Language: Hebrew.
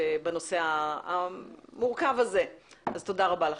תודה רבה לכם.